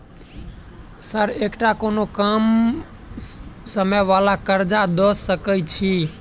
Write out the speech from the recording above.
Sir एकटा कोनो कम समय वला कर्जा दऽ सकै छी?